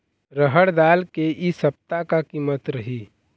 रहड़ दाल के इ सप्ता का कीमत रही?